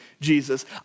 Jesus